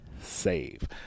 save